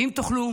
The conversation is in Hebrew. ואם תוכלו